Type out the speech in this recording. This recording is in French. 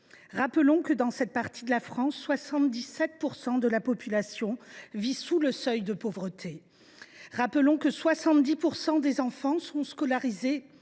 Rappelons que, dans cette partie de la France, 77 % de la population vit sous le seuil de pauvreté, que 70 % seulement des enfants sont scolarisés